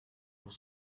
pour